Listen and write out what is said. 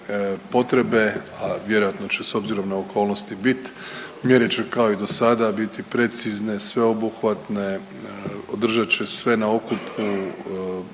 potrebe, a vjerojatno će s obzirom na okolnosti biti mjere će kao i do sada biti precizne, sveobuhvatne, održat će sve na okupu.